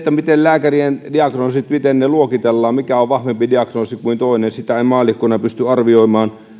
miten lääkärien diagnoosit luokitellaan mikä on vahvempi diagnoosi kuin toinen en maallikkona pysty arvioimaan